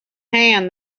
hand